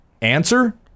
Answer